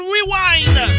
Rewind